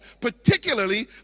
particularly